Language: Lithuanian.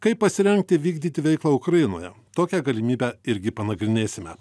kaip pasirengti vykdyti veiklą ukrainoje tokią galimybę irgi panagrinėsime